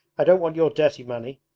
i don't want your dirty money!